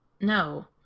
no